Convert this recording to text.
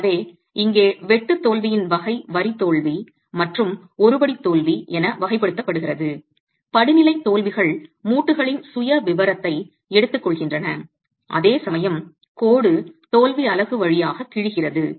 எனவே இங்கே வெட்டு தோல்வியின் வகை வரி தோல்வி மற்றும் ஒரு படி தோல்வி என வகைப்படுத்தப்படுகிறது படிநிலை தோல்விகள் மூட்டுகளின் சுயவிவரத்தை எடுத்துக் கொள்கின்றன அதேசமயம் கோடு தோல்வி அலகு வழியாக கிழிகிறது